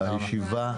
הישיבה נעולה.